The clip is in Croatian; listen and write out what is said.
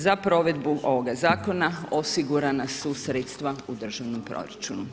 Za provedbu ovoga zakona osigurana su sredstva u državnom proračunu.